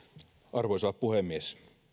arvoisa puhemies